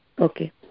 Okay